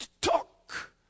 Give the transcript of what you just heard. talk